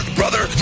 brother